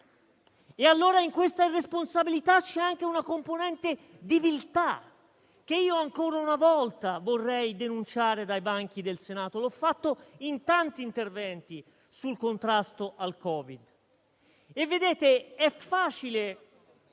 E, allora, in questa irresponsabilità c'è anche una componente di viltà, che ancora una volta vorrei denunciare dai banchi del Senato. L'ho fatto in tanti interventi sul contrasto al Covid. Colleghi, è facile